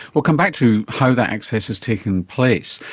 we'll come back to how that access is taking place,